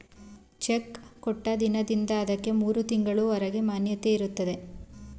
cheque ಕೊಟ್ಟ ದಿನದಿಂದ ಅದಕ್ಕೆ ಮೂರು ತಿಂಗಳು ಹೊರಗೆ ಮಾನ್ಯತೆ ಇರುತ್ತೆ